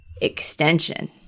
Extension